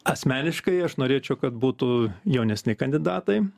asmeniškai aš norėčiau kad būtų jaunesni kandidatai